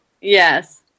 Yes